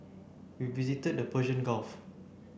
we visited the Persian Gulf